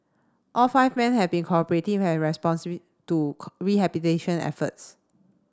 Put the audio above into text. all five men had been cooperative and to rehabilitation efforts